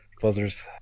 buzzers